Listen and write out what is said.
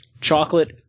chocolate